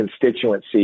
constituency